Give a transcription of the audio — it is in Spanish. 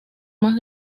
más